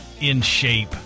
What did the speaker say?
in-shape